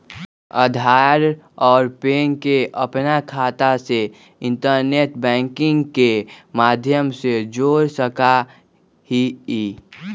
आधार और पैन के अपन खाता से इंटरनेट बैंकिंग के माध्यम से जोड़ सका हियी